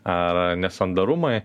ar nesandarumai